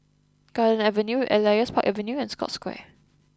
Garden Avenue Elias Park Avenue and Scotts Square